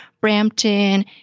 Brampton